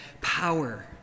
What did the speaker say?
power